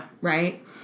right